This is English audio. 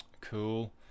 Cool